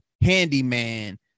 handyman